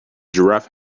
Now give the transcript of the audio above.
giraffe